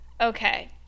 Okay